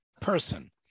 person